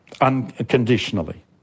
unconditionally